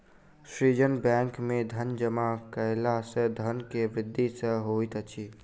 सृजन बैंक में धन जमा कयला सॅ धन के वृद्धि सॅ होइत अछि